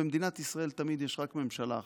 במדינת ישראל תמיד יש רק ממשלה אחת,